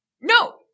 No